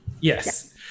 Yes